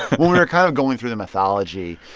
were kind of going through the mythology,